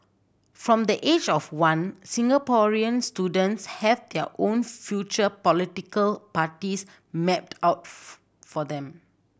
from the age of one Singaporean students have their own future political parties mapped out for them